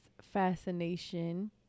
fascination